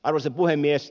arvoisa puhemies